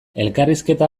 elkarrizketa